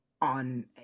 on